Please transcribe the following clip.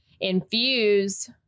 infuse